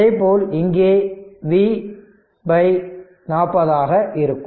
அதேபோல் இங்கே இது V 40 ஆக இருக்கும்